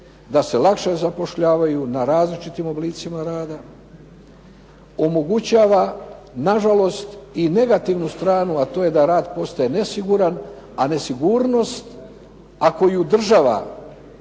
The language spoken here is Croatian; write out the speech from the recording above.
da se lakše zapošljavaju na različitim oblicima rada omogućava nažalost i negativnu stranu a to je da rad postane nesiguran a nesigurnost ako ju država